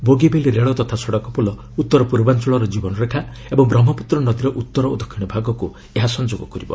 ବୋଗିବିଲ୍ ରେଳ ତଥା ସଡକ ପୋଲ ଉତ୍ତର ପୂର୍ବାଞ୍ଚଳର କୀବନରେଖା ଏବଂ ବ୍ରହ୍ମପୁତ୍ର ନଦୀର ଉତ୍ତର ଓ ଦକ୍ଷିଣ ଭାଗକୁ ଏହା ସଂଯୋଗ କରିବ